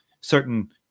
certain